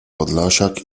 podlasiak